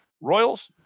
royals